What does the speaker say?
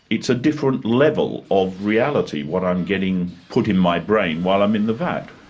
it's a different level of reality, what i'm getting put in my brain, while i'm in the vat.